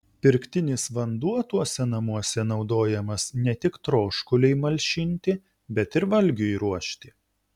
pirktinis vanduo tuose namuose naudojamas ne tik troškuliui malšinti bet ir valgiui ruošti